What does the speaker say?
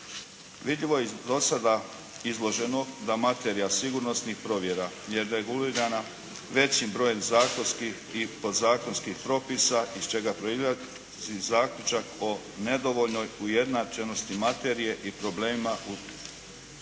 Vidljivo je iz do sada izloženog da materija sigurnosnih provjera je regulirana većim brojem zakonskih i podzakonskih propisa iz čega proizlazi zaključak o nedovoljnoj ujednačenosti materije i problemima tumačenja